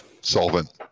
solvent